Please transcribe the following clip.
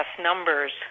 numbers